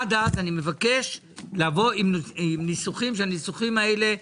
עד אז אני מבקש לבוא עם ניסוחים שהניסוחים האלה.